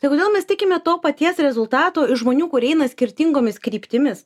tai kodėl mes tikime to paties rezultato iš žmonių kurie eina skirtingomis kryptimis